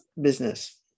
business